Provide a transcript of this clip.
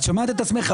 את שומעת את עצמך?